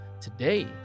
today